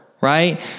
right